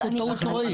יש פה טעות נוראית.